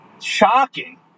shocking